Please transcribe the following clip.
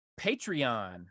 patreon